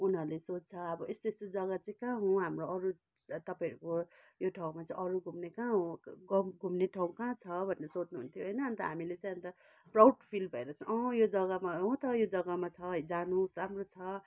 उनीहरूले सोद्धछ अब यस्तो यस्तो जगा चाहिँ कहाँ हो हाम्रो अरू तपाईँहरूको यो ठाउँमा चाहिँ अरू घुम्ने कहाँ हो गाउँ घुम्ने ठाउँ कहाँ छ भन्ने सोध्नु हुन्थ्यो होइन अन्त हामीले चाहिँ अन्त प्राउड फिल भएर चाहिँ यो जगामा हो त यो जगामा छ जानु होस् राम्रो छ